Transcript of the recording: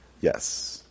Yes